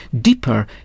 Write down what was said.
deeper